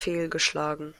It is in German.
fehlgeschlagen